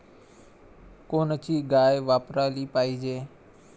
कोनची गाय वापराली पाहिजे?